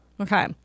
Okay